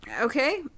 okay